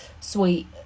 sweet